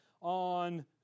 on